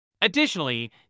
Additionally